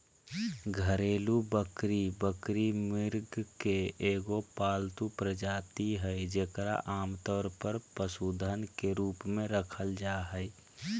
घरेलू बकरी बकरी, मृग के एगो पालतू प्रजाति हइ जेकरा आमतौर पर पशुधन के रूप में रखल जा हइ